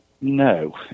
No